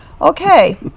Okay